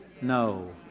No